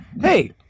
hey